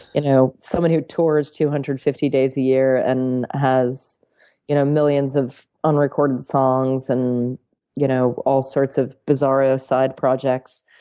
you know someone who tours two hundred and fifty days a year and has you know millions of unrecorded songs and you know all sorts of bizarro side projects,